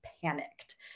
panicked